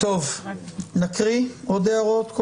עוד הערות?